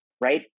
right